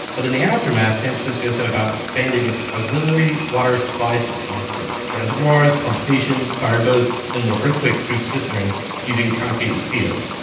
but in the aftermath, san francisco set about expanding its auxiliary water supply system with reservoirs, pump stations, fireboats, and more earthquake-proof cisterns using concrete and steel.